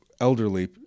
elderly